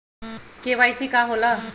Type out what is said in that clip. KYC का होला?